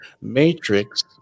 Matrix